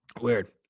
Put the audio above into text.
Weird